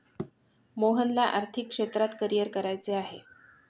मोहनला आर्थिक क्षेत्रात करिअर करायचे आहे